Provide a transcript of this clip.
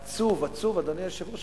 עצוב, עצוב, אדוני היושב-ראש.